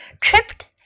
tripped